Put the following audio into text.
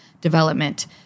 development